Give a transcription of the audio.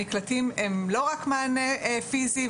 המקלטים הם לא רק מענה פיזי,